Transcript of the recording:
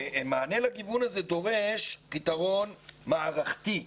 ומענה לגיוון הזה דורש פתרון מערכתי.